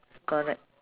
correct